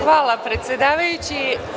Hvala, predsedavajući.